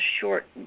short